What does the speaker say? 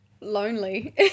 lonely